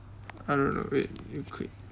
I don't know wait you click